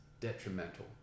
detrimental